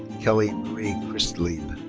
kelly marie christlieb.